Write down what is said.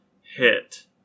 hit